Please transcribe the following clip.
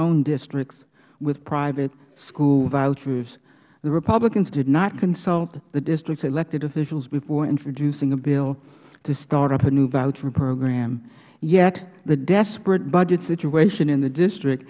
own districts with private school vouchers the republicans did not consult the district's elected officials before introducing a bill to start up a new voucher program yet the desperate budget situation in the district